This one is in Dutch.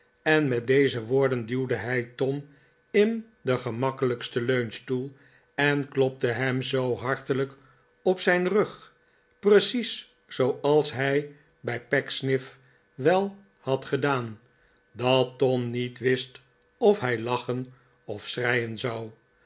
en met deze woorden duwde hij tom in den gemakkelijksten leunstoel en klopte hem zoo hartelijk op zijn rug precies zooals hij bij pecksniff wel had gedaan dat tom niet wist of hij lachen of schreien zou